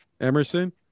Emerson